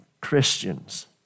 Christians